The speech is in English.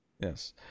Yes